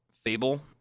Fable